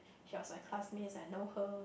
she was my classmate I know her